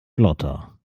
flotter